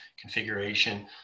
configuration